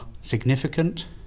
significant